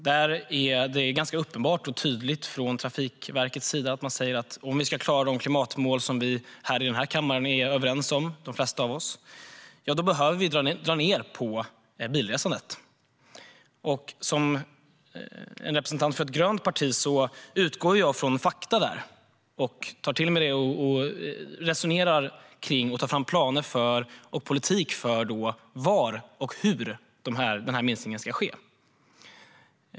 Trafikverket är tydligt med att om vi ska klara de klimatmål som de flesta av oss i den här kammaren är överens om behöver vi dra ned på bilresandet. Som representant för ett grönt parti utgår jag från fakta och tar till mig dem, resonerar och tar fram politik för var och hur minskningen ska ske.